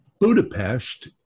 Budapest